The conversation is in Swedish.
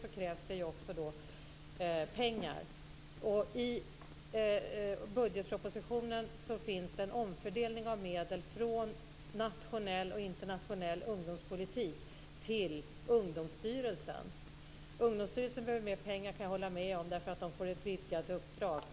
Då krävs det ju också pengar. I budgetpropositionen finns det en omfördelning av medel från nationell och internationell ungdomspolitik till Ungdomsstyrelsen. Ungdomsstyrelsen behöver mer pengar. Det kan jag hålla med om, eftersom den får ett vidgat uppdrag.